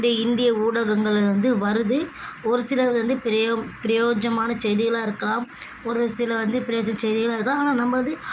இந்த இந்திய ஊடகங்கள்ல இருந்து வருது ஒரு சிலது வந்து பிரயோ பிரயோஜனமான செய்திகளாக இருக்கலாம் ஒரு சில வந்து பிரயோஜ செய்திகளாக இருக்கலாம் ஆனால் நம்ம வந்து